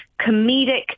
comedic